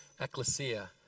ecclesia